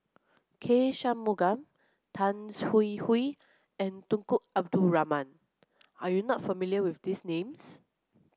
K Shanmugam Tan Hwee Hwee and Tunku Abdul Rahman are you not familiar with these names